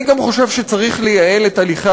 אני גם חושב שצריך לייעל את הליכי